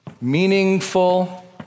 Meaningful